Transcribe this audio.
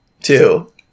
Two